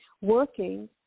working